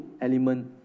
element